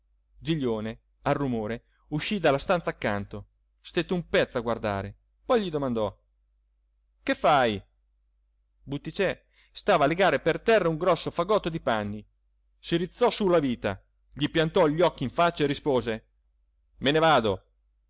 giglione al rumore uscì dalla stanza accanto stette un pezzo a guardare poi gli domandò che fai butticè stava a legare per terra un grosso fagotto di panni si rizzò su la vita gli piantò gli occhi in faccia e rispose me ne vado